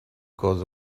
cause